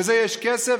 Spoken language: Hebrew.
לזה יש כסף,